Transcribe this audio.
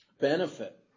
benefit